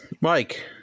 Mike